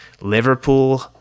Liverpool